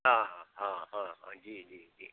हाँ हाँ हाँ हाँ जी जी जी